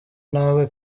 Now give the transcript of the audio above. ntabe